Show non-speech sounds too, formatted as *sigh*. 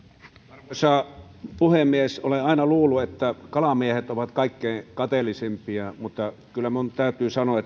arvoisa puhemies olen aina luullut että kalamiehet ovat kaikkein kateellisimpia mutta kyllä minun täytyy sanoa *unintelligible*